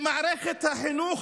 למערכת החינוך